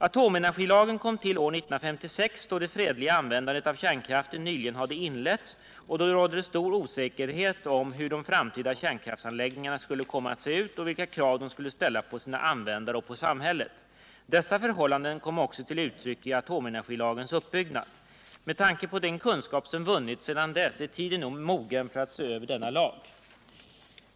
Atomenergilagen kom till år 1956 då det fredliga användandet av kärnkraften nyligen hade inletts och då det rådde stor osäkerhet om hur de framtida kärnkraftsanläggningarna skulle komma att se ut och vilka krav de skulle ställa på sina användare och på samhället. Dessa förhållanden kom också till uttryck i atomenergilagens uppbyggnad. Med tanke på den kunskap som vunnits sedan dess är tiden nu mogen för att se över denna lag.